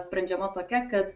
sprendžiama tokia kad